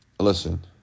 Listen